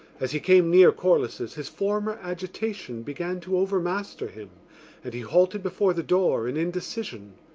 as he came near corless's his former agitation began to overmaster him and he halted before the door in indecision.